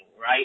right